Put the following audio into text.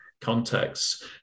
contexts